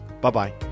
Bye-bye